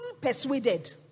persuaded